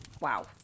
Wow